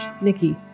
Nikki